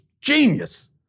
genius